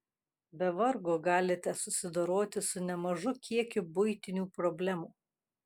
be vargo galite susidoroti su nemažu kiekiu buitinių problemų